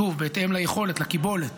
שוב, בהתאם ליכולת, לקיבולת.